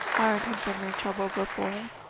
hard had been their trouble before,